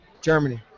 Germany